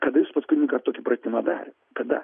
kada jūs paskutinį kartą tokį pratimą darėt kada